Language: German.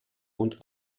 und